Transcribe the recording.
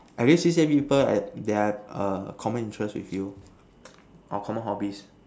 at least C_C_A people I they're err common interest with you or common hobbies